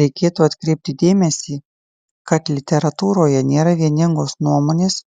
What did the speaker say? reikėtų atkreipti dėmesį kad literatūroje nėra vieningos nuomonės